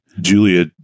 Julia